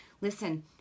Listen